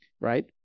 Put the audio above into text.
right